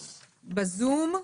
בזום.